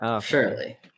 Surely